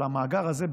אבל המאגר הזה,